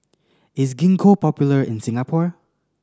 is Gingko popular in Singapore